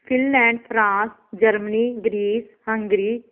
Finland france Germany grease Hungary